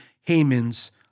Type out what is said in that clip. Haman's